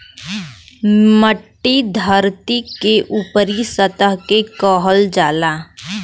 मट्टी धरती के ऊपरी सतह के कहल जाला